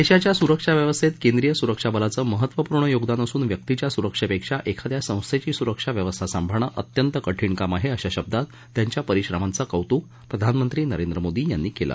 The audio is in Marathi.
दशाच्या सुरक्षा व्यवस्थाकेंद्रीय सुरक्षा बलाचं महत्त्वपूर्ण योगदान असून व्यक्तीच्या सुरक्षप्रक्षा एखाद्या संस्थर्धी सुरक्षा व्यवस्था सांभाळणं अत्यंत कठीण काम आहा अशा शब्दांत त्यांच्या परिश्रमांचं कौतुक प्रधानमंत्री नरेंद्र मोदी यांनी कलि